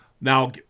Now